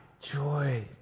joy